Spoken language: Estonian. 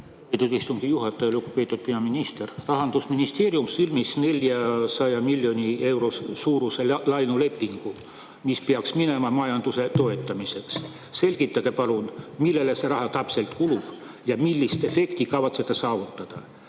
istungi juhataja! Lugupeetud peaminister! Rahandusministeerium sõlmis 400 miljoni euro suuruse laenulepingu. [See raha] peaks minema majanduse toetamiseks. Selgitage palun, millele see raha täpselt kulub ja millist efekti kavatsete saavutada.